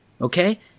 okay